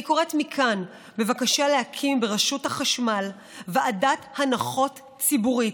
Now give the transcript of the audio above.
אני קוראת מכאן בבקשה להקים ברשות החשמל ועדת הנחות ציבורית,